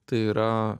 tai yra